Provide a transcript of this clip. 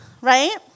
right